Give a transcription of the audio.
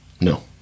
no